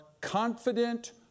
confident